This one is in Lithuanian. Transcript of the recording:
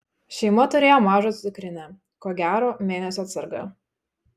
šeima turėjo mažą cukrinę ko gero mėnesio atsarga